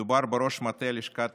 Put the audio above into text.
מדובר בראש מטה לשכת